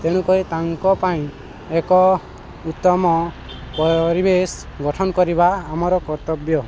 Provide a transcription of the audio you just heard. ତେଣୁ କରି ତାଙ୍କ ପାଇଁ ଏକ ଉତ୍ତମ ପରିବେଶ ଗଠନ କରିବା ଆମର କର୍ତ୍ତବ୍ୟ